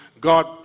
God